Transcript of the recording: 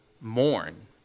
mourn